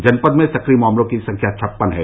जनपद में सक्रिय मामलों की संख्या छप्पन है